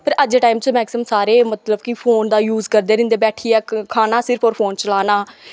फिर अज्ज दे टाईम च सारे मैकसिमम कि फोन दा यूज करदे रैंह्दे बैट्ठियै खाना सिर्फ और फोन चलाना